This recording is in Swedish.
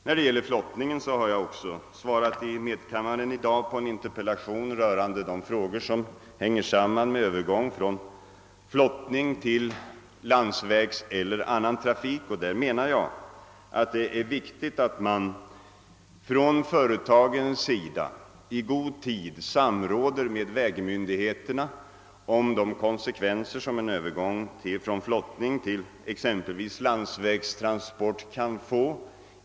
När det gäller flottningen har jag i dag i medkammaren svarat på en interpellation rörande de frågor som hänger samman med övergång från flottning till landsvägseller annan trafik. Jag menar att det är viktigt att man från företagens sida i god tid samråder med vägmyndigheterna om de konsekvenser som en övergång från flottning till exempelvis landsvägstransport kan få.